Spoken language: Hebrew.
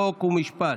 חוק ומשפט.